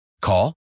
Call